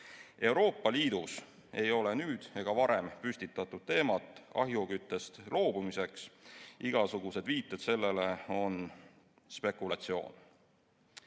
Euroopa Liidus ei ole nüüd ega varem püstitatud teemat ahjuküttest loobumiseks. Igasugused viited sellele on spekulatsioon.